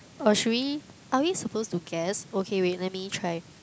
or should we are we supposed to guess okay wait let me try